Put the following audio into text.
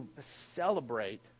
celebrate